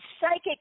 Psychic